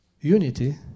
unity